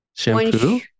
shampoo